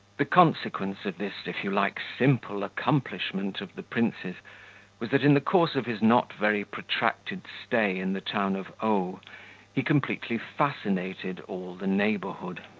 the consequence of this, if you like, simple accomplishment of the prince's was that in the course of his not very protracted stay in the town of o he completely fascinated all the neighbourhood.